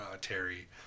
Terry